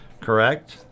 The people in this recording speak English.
correct